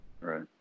Right